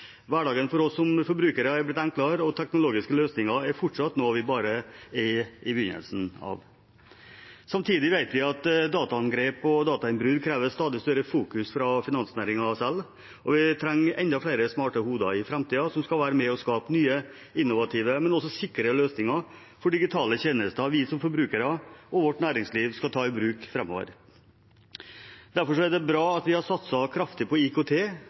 Hverdagen for oss forbrukere har blitt enklere, og teknologiske løsninger er fortsatt noe vi bare er i begynnelsen av. Samtidig vet vi at dataangrep og datainnbrudd krever et stadig større fokus fra finansnæringen selv, og vi trenger enda flere smarte hoder som i framtiden skal være med på å skape nye og innovative løsninger, men også sikre løsninger for digitale tjenester vi som forbrukere og vårt næringsliv skal ta i bruk framover. Derfor er det bra at vi har satset kraftig på IKT,